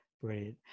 Brilliant